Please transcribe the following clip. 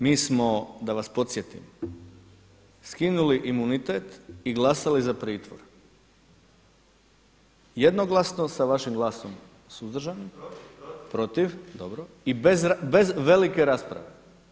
Mi smo da vas podsjetim, skinuli imunitet i glasali za pritvor jednoglasno sa vašim glasom suzdržanim, … protiv dobro i bez velike rasprave.